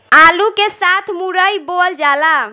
आलू के साथ मुरई बोअल जाला